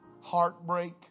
Heartbreak